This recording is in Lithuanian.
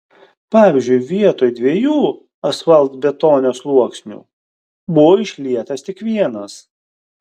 pavyzdžiui vietoj dviejų asfaltbetonio sluoksnių buvo išlietas tik vienas